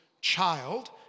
child